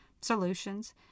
solutions